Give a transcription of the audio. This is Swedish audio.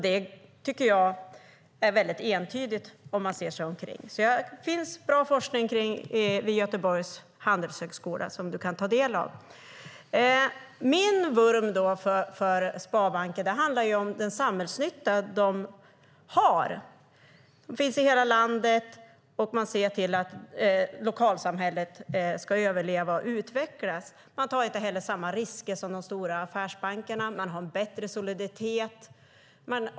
Det tycker jag är entydigt om man ser sig omkring. Det finns bra forskning vid Göteborgs handelshögskola som du kan ta del av. Min vurm för sparbanker handlar om den samhällsnytta de har. De finns i hela landet, och de ser till att lokalsamhället ska överleva och utvecklas. De tar inte heller samma risker som de stora affärsbankerna. De har en bättre soliditet.